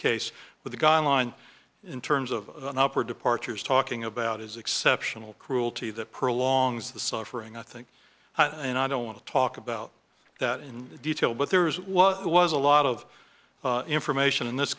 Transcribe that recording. case with the guy in line in terms of an opera departures talking about his exceptional cruelty that prolongs the suffering i think and i don't want to talk about that in detail but there is what was a lot of information in this